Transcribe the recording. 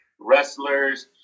wrestlers